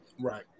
Right